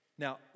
Now